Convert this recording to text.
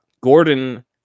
Gordon